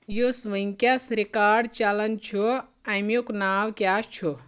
یُس vaccines record چلان چھُ اَمِیُک ناو کیاہ چھُ